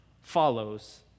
follows